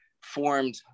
formed